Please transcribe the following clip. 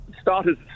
started